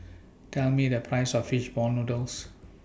Tell Me The Price of Fish Ball Noodles